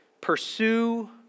Pursue